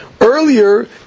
earlier